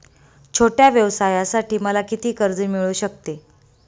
छोट्या व्यवसायासाठी मला किती कर्ज मिळू शकते?